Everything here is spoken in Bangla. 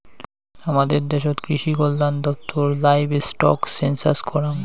হামাদের দ্যাশোত কৃষিকল্যান দপ্তর লাইভস্টক সেনসাস করাং